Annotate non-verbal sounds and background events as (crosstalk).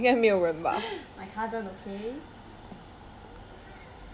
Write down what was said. my cousin (laughs) my cousin okay